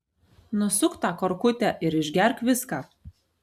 nusuk tą korkutę ir išgerk viską